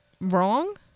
wrong